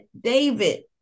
David